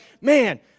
man